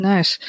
Nice